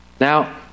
Now